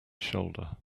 shoulder